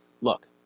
Look